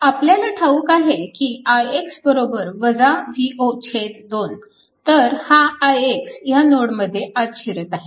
आपल्याला ठाऊक आहे की ix V0 2 तर हा ix ह्या नोडमध्ये आत शिरत आहे